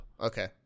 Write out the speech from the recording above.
okay